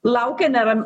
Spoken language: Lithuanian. laukia neram